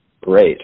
great